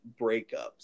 breakups